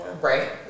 Right